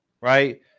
Right